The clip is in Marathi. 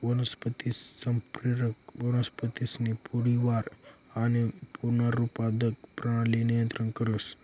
वनस्पती संप्रेरक वनस्पतीसनी पूरी वाढ आणि पुनरुत्पादक परणाली नियंत्रित करस